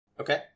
Okay